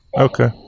Okay